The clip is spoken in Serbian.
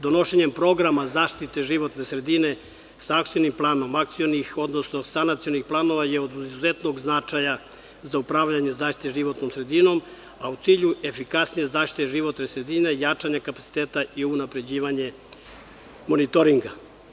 Donošenjem programa zaštite životne sredine sa akcionim planom akcionih odnosno sanacionih planova je od izuzetnog značaja za upravljanje zaštitom životne sredine, a u cilju efikasnije zaštite životne sredine je jačanje kapaciteta i unapređivanje monitoringa.